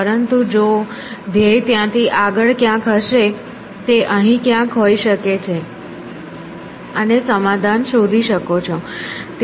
પરંતુ જો ધ્યેય ત્યાંથી આગળ ક્યાંક હશે તે અહીં કયાંક હોઈ શકે છે અને સમાધાન શોધી શકો છો